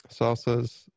Salsa's